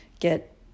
get